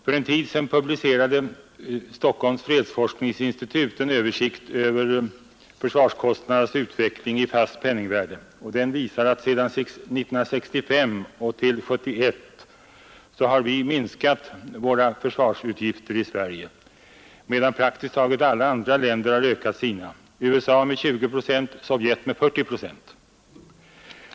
För en tid sedan publicerade Stockholms internationella fredsforskningsinstitut en översikt över för svarskostnadernas utveckling i fast penningvärde, och den visar att vi i Sverige mellan 1965 och 1971 har minskat våra försvarsutgifter, medan praktiskt taget alla andra länder ökat sina: USA med 20 procent, Sovjet med 40 procent.